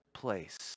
Place